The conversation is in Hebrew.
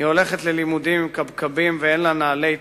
היא הולכת ללימודים עם קבקבים ואין לה נעלי התעמלות.